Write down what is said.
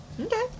Okay